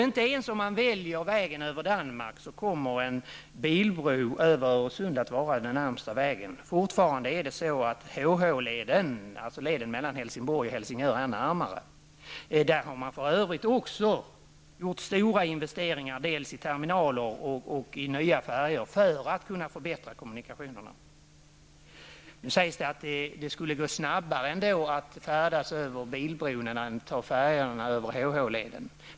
Inte ens om man väljer vägen över Danmark kommer en bilbro över Öresund att vara den närmsta vägen. Fortfarande är H--H-leden, dvs. leden mellan Helsingborg och Helsingör, närmare. Där har man för övrigt också gjort stora investeringar i terminaler och nya färjor för att kunna förbättra kommunikationerna. Nu sägs det att det skulle gå snabbare att färdas över bilbron än att ta färjan över H--H-leden.